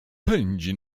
pędzi